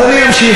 אז אני אמשיך.